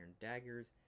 daggers